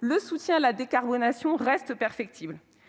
le soutien à la décarbonation demeure perfectible.